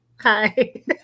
Hi